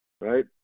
right